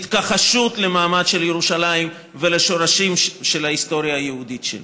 ההתכחשות למעמד של ירושלים ולשורשים של ההיסטוריה היהודית שלה.